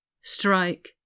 strike